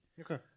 Okay